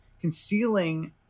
concealing